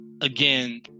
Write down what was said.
again